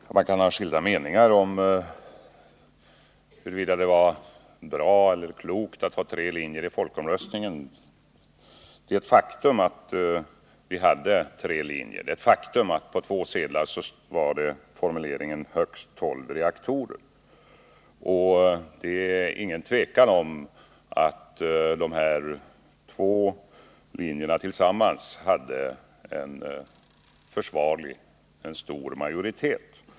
Herr talman! Man kan ha skilda meningar om huruvida det var bra och klokt att ha tre linjer i folkomröstningen. Det är ett faktum att vi hade tre linjer. Det är ett faktum att på två valsedlar fanns formuleringen ”högst 12 reaktorer”. Och det råder inget tvivel om att dessa två linjer tillsammans hade en försvarlig, stor majoritet.